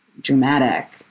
dramatic